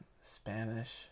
spanish